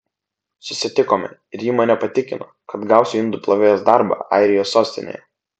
susitikome ir ji mane patikino kad gausiu indų plovėjos darbą airijos sostinėje